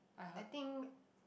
I think